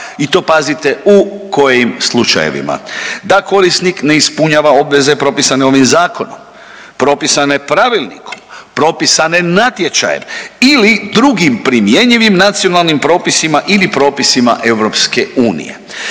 i to pazite u kojim slučajevima, da korisnik ne ispunjava obveze propisane ovim zakonom, propisane pravilnikom, propisane natječajem ili drugim primjenjivim nacionalnim propisima ili propisima EU.